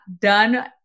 done